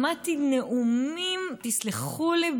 שמעתי נאומים תסלחו לי,